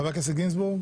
חבר הכנסת גינזבורג?